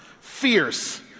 fierce